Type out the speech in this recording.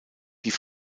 die